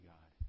God